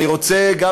אני רוצה גם,